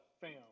fam